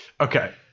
Okay